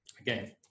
Again